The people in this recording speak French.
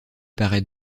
paraît